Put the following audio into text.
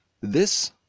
This